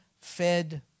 fed